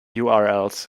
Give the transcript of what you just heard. urls